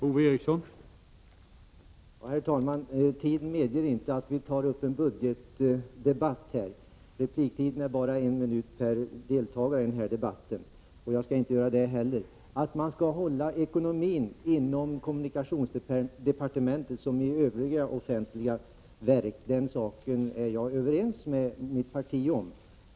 Herr talman! Tiden medger inte att vi tar upp en budgetdebatt. Repliktiden är ju bara en minut per deltagare i en sådan här debatt, och jag skall heller inte gå in i någon diskussion om budgeten. Att man skall hålla ekonomin stramt inom såväl kommunikationsdepartementet som alla offentliga verk är jag överens om med mitt parti.